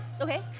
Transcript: Okay